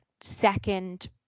second